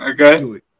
okay